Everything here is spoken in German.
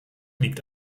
liegt